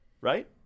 right